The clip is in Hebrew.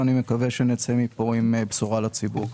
ואני מקווה שנצא מפה עם בשורה לציבור.